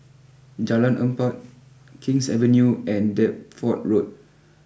Jalan Empat Kings Avenue and Deptford Road